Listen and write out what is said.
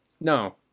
No